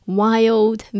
wild